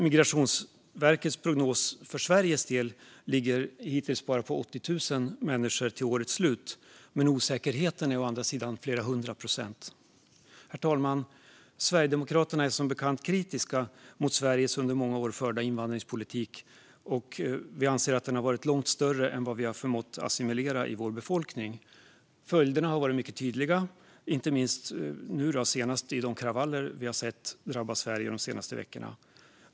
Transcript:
Migrationsverkets prognos för Sveriges del ligger hittills bara på 80 000 människor till årets slut, men osäkerheten är å andra sidan flera hundra procent. Herr talman! Sverigedemokraterna är som bekant kritiska mot Sveriges under många år förda invandringspolitik. Vi anser att invandringen har varit långt större än vad Sverige har förmått assimilera i sin befolkning. Följderna har varit mycket tydliga, inte minst i de kravaller som har drabbat Sverige de senaste veckorna.